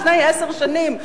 לפני עשר שנים?